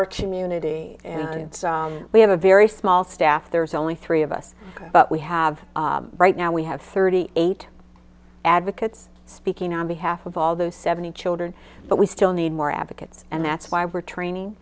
our community and we have a very small staff there's only three of us but we have right now we have thirty eight advocates speaking on behalf of all those seventy children but we still need more advocates and that's why we're training